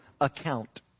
account